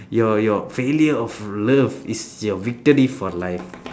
your your failure of love is your victory for life